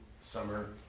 summer